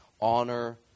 honor